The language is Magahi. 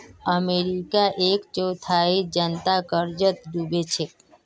अमेरिकार एक चौथाई जनता कर्जत डूबे छेक